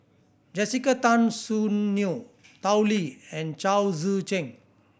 Jessica Tan Soon Neo Tao Li and Chao Tzee Cheng